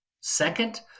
second